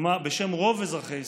בשם רוב אזרחי ישראל,